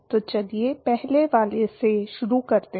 तो चलिए पहले वाले से शुरू करते हैं